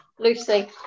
Lucy